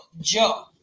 Joe